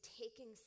taking